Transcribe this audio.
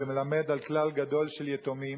שמלמד על כלל גדול של יתומים